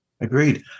agreed